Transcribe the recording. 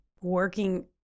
working